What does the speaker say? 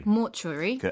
Mortuary